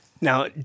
Now